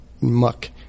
muck